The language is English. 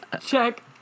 check